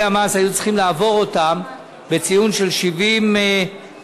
המס היו צריכים לעבור בציון של 70 ומעלה.